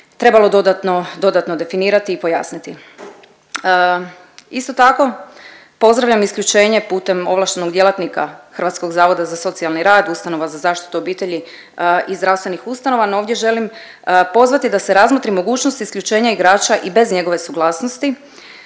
dodatno, dodatno definirati i pojasniti. Isto tako pozdravljam isključenje putem ovlaštenog djelatnika Hrvatskog zavoda za socijalni rad, Ustanova za zaštitu obitelji i zdravstvenih ustanova. No ovdje želim pozvati da se razmotri mogućnost isključenja igrača i bez njegove suglasnosti,